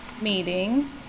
meeting